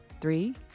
Three